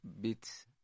bit